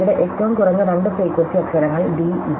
ഇവിടെ ഏറ്റവും കുറഞ്ഞ രണ്ട് ഫ്രീക്വൻസി അക്ഷരങ്ങൾ d e